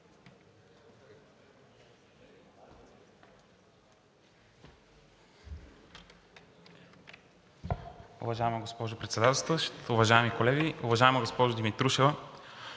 Уважаема госпожо Председателстващ, уважаеми колеги! Уважаема госпожо Димитрушева,